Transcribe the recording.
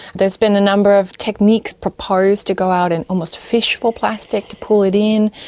there's been a number of techniques proposed to go out and almost fish for plastic to pull it in.